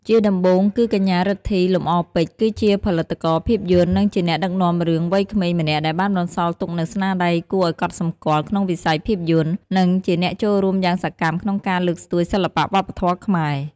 ជាដំបូងគឺ កញ្ញា រិទ្ធី លំអរពេជ្រ គឺជាផលិតករភាពយន្ត និងជាអ្នកដឹកនាំរឿងវ័យក្មេងម្នាក់ដែលបានបន្សល់ទុកនូវស្នាដៃគួរឲ្យកត់សម្គាល់ក្នុងវិស័យភាពយន្ត និងជាអ្នកចូលរួមយ៉ាងសកម្មក្នុងការលើកស្ទួយសិល្បៈ វប្បធម៌ខ្មែរ។